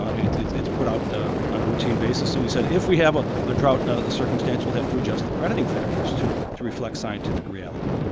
ah it's it's put out on a routine basis. so we said if we have a ah drought ah circumstance we'll have to adjust the crediting factors to to reflect scientific reality.